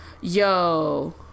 Yo